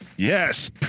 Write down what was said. Yes